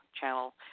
Channel